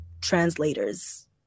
translators